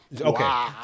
Okay